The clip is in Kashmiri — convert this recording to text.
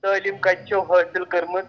تعلیٖم کَتہِ چھُو حٲصِل کٔرمٕژ